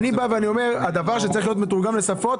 אני אומר שמה שצריך להיות מתורגם לשפות,